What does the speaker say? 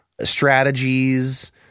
strategies